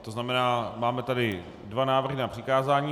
To znamená, máme tady dva návrhy na přikázání.